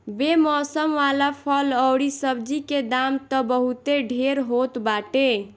बेमौसम वाला फल अउरी सब्जी के दाम तअ बहुते ढेर होत बाटे